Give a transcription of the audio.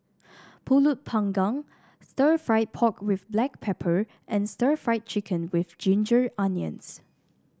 pulut panggang Stir Fried Pork with Black Pepper and Stir Fried Chicken with Ginger Onions